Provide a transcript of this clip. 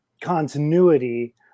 continuity